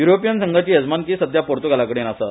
युरोपीयन संघाची येजमानकी सध्या पुर्तुगाला कडेन आसा